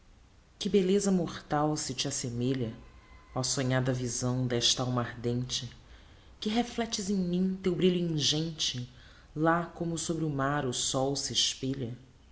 que belleza mortal se te assemelha ó sonhada visão d'esta alma ardente que reflectes em mim teu brilho ingente lá como sobre o mar o sol se espelha